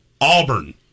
Auburn